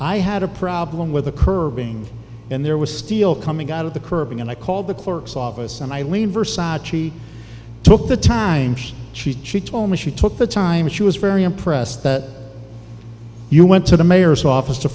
i had a problem with the curbing and there was steel coming out of the curb and i called the clerk's office and i leaned versace took the time she she told me she took the time she was very impressed that you went to the mayor's office to